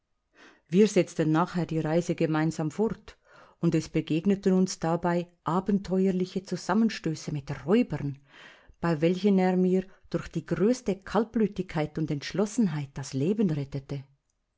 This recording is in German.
wir setzten nachher die reise gemeinsam fort und es begegneten uns dabei abenteuerliche zusammenstöße mit räubern bei welchen er mir durch die größte kaltblütigkeit und entschlossenheit das leben rettete